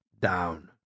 down